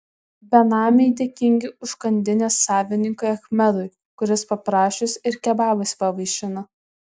benamiai dėkingi užkandinės savininkui achmedui kuris paprašius ir kebabais pavaišina